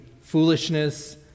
foolishness